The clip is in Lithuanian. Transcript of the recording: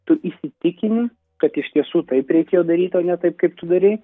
tu įsitikini kad iš tiesų taip reikėjo daryti ne taip kaip tu darei